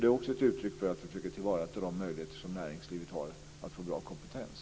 Det är också ett uttryck för att vi försöker tillvarata näringslivets möjligheter att få bra kompetens.